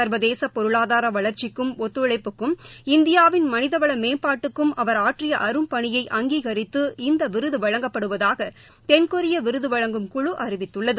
சர்வதேசபொருளாதாரவளர்ச்சிக்கும் ஒத்துழைப்புக்கும் இந்தியாவின் மனிதவளமேம்பாட்டுக்கும் அவர் ஆற்றியஅரும்பணியை அங்கீகரித்துஇந்தவிருதுவழங்கப்படுவதாகதென்கொரியவிருதுவழங்கும் குழு அறிவித்துள்ளது